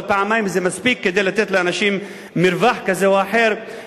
אבל פעמיים זה מספיק כדי לתת לאנשים מרווח כזה או אחר,